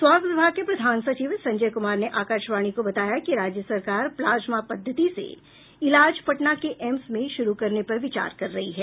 स्वास्थ्य विभाग के प्रधान सचिव संजय कुमार ने आकाशवाणी को बताया कि राज्य सरकार प्लाजमा पद्धति से इलाज पटना के एम्स में शुरू करने पर विचार कर रही है